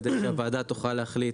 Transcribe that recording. כדי שהוועדה תוכל להחליט